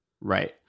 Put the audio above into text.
Right